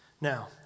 Now